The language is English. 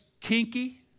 kinky